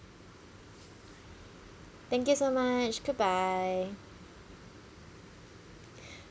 thank you so much goodbye